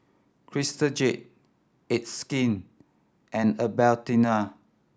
Crystal Jade It's Skin and Albertini